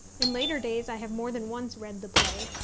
in later days i have more than once read the play,